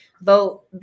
vote